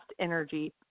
energy